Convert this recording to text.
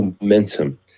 momentum